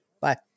Bye